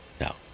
no